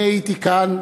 אני הייתי כאן